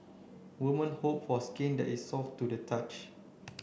women hope for skin that is soft to the touch